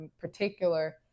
particular